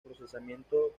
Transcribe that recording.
procesamiento